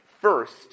first